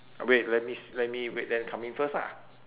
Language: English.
wait let me s~ let me wait them come in first ah